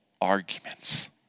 arguments